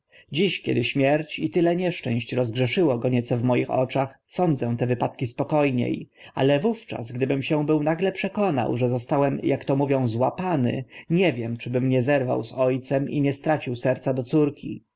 dziś kiedy śmierć i tyle nieszczęść rozgrzeszyło go nieco w moich oczach sądzę te wypadki spoko nie ale wówczas gdybym się był nagle pomięszanie tu obłęd zwierciadlana zagadka przekonał że zostałem ak to mówią złapany nie wiem czybym nie zerwał z o cem i nie stracił serca do córki